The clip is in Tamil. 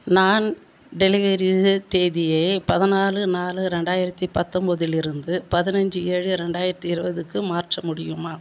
நான் டெலிவரி தேதியை பதினாலு நாலு ரெண்டாயிரத்தி பத்தொம்போதிலிருந்து பதினஞ்சு ஏழு ரெண்டாயிரத்தி இருபதுக்கு மாற்ற முடியுமா